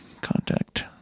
contact